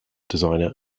designer